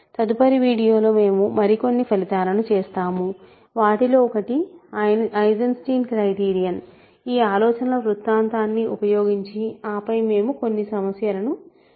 తదుపరి వీడియోలో మేము మరికొన్ని ఫలితాలను చేస్తాము వాటిలో ఒకటి ఐన్స్టెయిన్ క్రైటీరియన్ ఈ ఆలోచనల వృత్తాన్ని ఉపయోగించి ఆపై మేము కొన్ని సమస్యలు చేస్తాము